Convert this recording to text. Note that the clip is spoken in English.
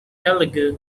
telugu